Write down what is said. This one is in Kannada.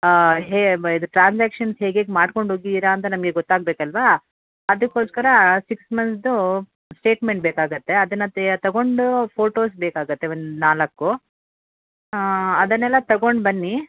ಹೆ ಇದು ಟ್ರಾನ್ಸ್ಯಾಕ್ಷನ್ಸ್ ಹೇಗೇಗೆ ಮಾಡ್ಕೊಂಡೋಗಿದ್ದೀರ ಅಂತ ನಮಗೆ ಗೊತ್ತಾಗಬೇಕಲ್ವ ಅದಕ್ಕೋಸ್ಕರ ಸಿಕ್ಸ್ ಮಂತ್ದು ಸ್ಟೇಟ್ಮೆಂಟ್ ಬೇಕಾಗುತ್ತೆ ಅದನ್ನು ತೇಯೋ ತೊಗೊಂಡು ಫೋಟೋಸ್ ಬೇಕಾಗುತ್ತೆ ಒಂದು ನಾಲ್ಕು ಅದನ್ನೆಲ್ಲ ತೊಗೊಂಡು ಬನ್ನಿ